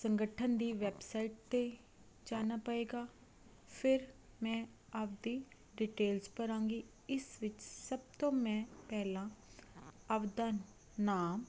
ਸੰਗਠਨ ਦੀ ਵੈਬਸਾਈਟ 'ਤੇ ਜਾਨਾ ਪਏਗਾ ਫਿਰ ਮੈਂ ਆਪਦੀ ਡਿਟੇਲਸ ਭਰਾਂਗੀ ਇਸ ਵਿੱਚ ਸਭ ਤੋਂ ਮੈਂ ਪਹਿਲਾਂ ਆਪਦਾ ਨਾਮ